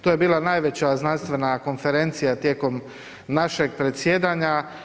To je bila najveća znanstvena konferencija tijekom našeg predsjedanja.